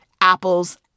apples